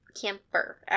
camper